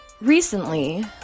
recently